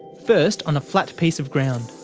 first on a flat piece of ground.